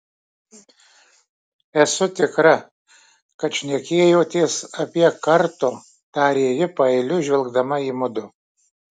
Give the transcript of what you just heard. esu tikra kad šnekėjotės apie karto tarė ji paeiliui žvelgdama į mudu